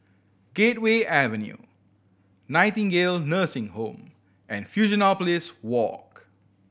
Gateway Avenue Nightingale Nursing Home and Fusionopolis Walk